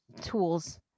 tools